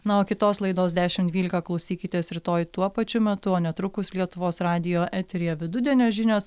na o kitos laidos dešim dvylika klausykitės rytoj tuo pačiu metu o netrukus lietuvos radijo eteryje vidudienio žinios